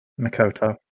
Makoto